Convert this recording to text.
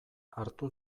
hartu